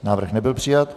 Návrh nebyl přijat.